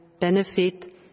benefit